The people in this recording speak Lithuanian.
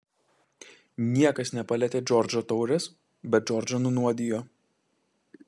niekas nepalietė džordžo taurės bet džordžą nunuodijo